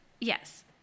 yes